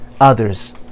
others